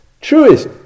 truest